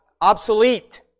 obsolete